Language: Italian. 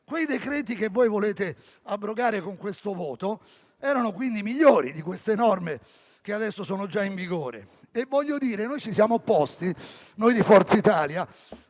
Quei decreti, che voi volete abrogare con questo voto, erano, quindi, migliori di queste norme che adesso sono già in vigore. Voglio poi ribadire che noi, come Forza Italia,